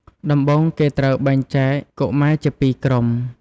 ដំបូង គេត្រូវបែងចែកកុមារជាពីរក្រុម។